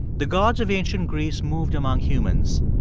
the gods of ancient greece moved among humans.